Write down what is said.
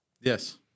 Yes